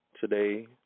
today